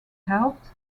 helped